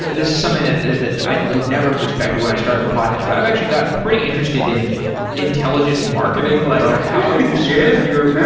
there's something that that i would never have expected when i started the podcast, but i've actually gotten pretty interested in intelligent marketing, like how you spend your